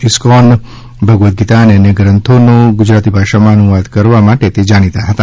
ISKCON Bhagavad Gita અને અન્ય ગ્રંથોનો ગુજરાતી ભાષામાં અનુવાદ કરવા માટે તે જાણીતા છે